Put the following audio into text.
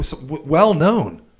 well-known